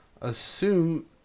assume